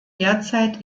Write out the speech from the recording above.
derzeit